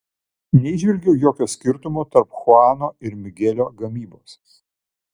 neįžvelgiau jokio skirtumo tarp chuano ir migelio gamybos